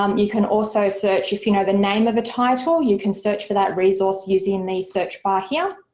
um you can also search if you know the name of a title, you can search for that resource using the search bar here,